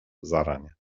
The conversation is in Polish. zarania